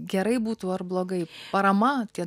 gerai būtų ar blogai parama tie